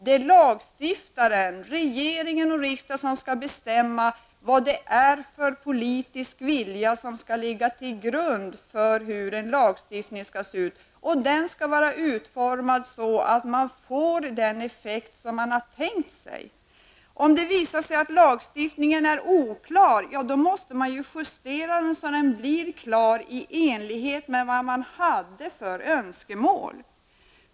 Det är lagstiftaren, regeringen och riksdagen, som skall bestämma vad det är för politisk vilja som skall ligga till grund för en lagstiftning, och den skall vara utformad så att man får den effekt som man har tänkt sig. Om det visar sig att lagstiftningen är oklar, måste man ju justera den så att den blir klar i enlighet med de önskemål man hade.